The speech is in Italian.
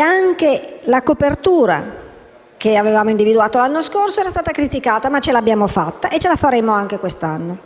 Anche la copertura che avevamo individuato l'anno scorso era stata criticata, ma ce l'abbiamo fatta e ce la faremo anche quest'anno.